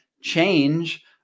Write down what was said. change